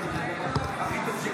נגד שלי טל מירון,